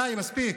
די, מספיק.